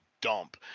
dump